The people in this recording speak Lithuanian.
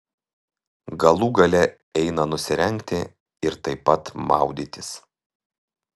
galų gale eina nusirengti ir taip pat maudytis